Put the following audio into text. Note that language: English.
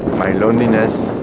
my loneliness